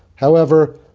however,